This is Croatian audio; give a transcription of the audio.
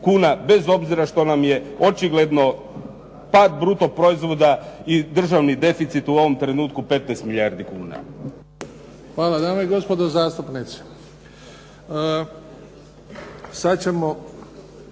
bez obzira što nam je očigledno pad bruto proizvoda i državni deficit u ovom trenutku 15 milijardi kuna. **Bebić, Luka (HDZ)** Hvala. Dame i gospodo zastupnici,